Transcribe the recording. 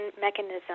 mechanism